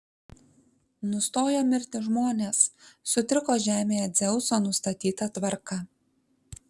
nustojo mirti žmonės sutriko žemėje dzeuso nustatyta tvarka